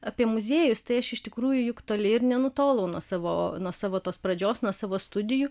apie muziejus tai aš iš tikrųjų juk toli ir nenutolau nuo savo nuo savo tos pradžios nuo savo studijų